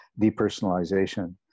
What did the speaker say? depersonalization